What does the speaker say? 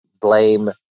blame